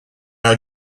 are